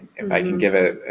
if i can give a.